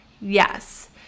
yes